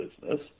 business